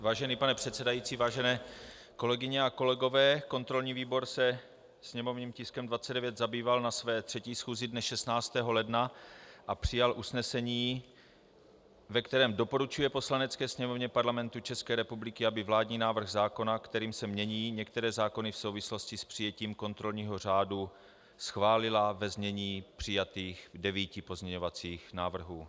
Vážený pane předsedající, vážené kolegyně a kolegové, kontrolní výbor se sněmovním tiskem 29 zabýval na své třetí schůzi dne 16. ledna a přijal usnesení, ve kterém doporučuje Poslanecké sněmovně Parlamentu České republiky, aby vládní návrh zákona, kterým se mění některé zákony v souvislosti s přijetím kontrolního řádu, schválila ve znění přijatých devíti pozměňovacích návrhů.